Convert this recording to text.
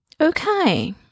okay